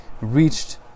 reached